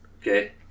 Okay